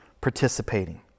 participating